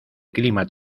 clima